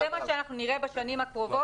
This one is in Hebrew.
זה מה שאנחנו נראה בשנים הקרובות.